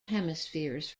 hemispheres